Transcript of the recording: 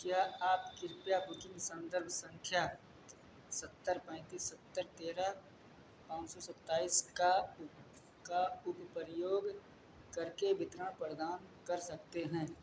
क्या आप कृपया बुकिंग संदर्भ संख्या सत्तर पैंतीस सत्तर तेरह पाँच सौ सत्ताईस का का उपयोग करके विवरण प्रदान कर सकते हैं